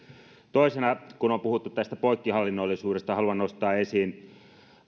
toisena kun on puhuttu tästä poikkihallinnollisuudesta haluan nostaa esiin